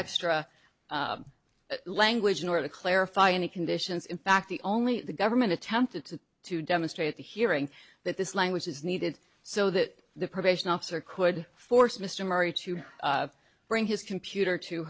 struck language in order to clarify any conditions in fact the only the government attempted to to demonstrate the hearing that this language is needed so that the probation officer could force mr murray to bring his computer to